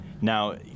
Now